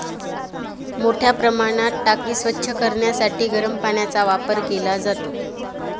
मोठ्या प्रमाणात टाकी स्वच्छ करण्यासाठी गरम पाण्याचा वापर केला जातो